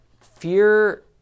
fear